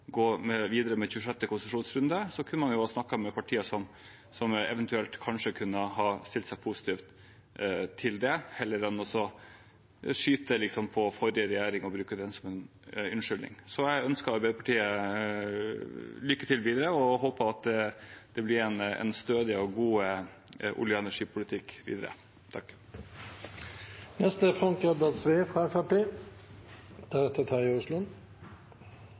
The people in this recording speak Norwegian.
gå videre med 26. konsesjonsrunde, kunne man eventuelt ha snakket med partier som kanskje kunne ha stilt seg positive til det, heller enn å skyte på forrige regjering og bruke den som en unnskyldning. Så jeg ønsker Arbeiderpartiet lykke til og håper at det blir en stødig og god olje- og energipolitikk videre.